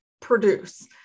produce